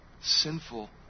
sinful